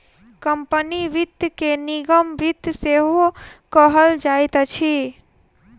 company वित्त के निगम वित्त सेहो कहल जाइत अछि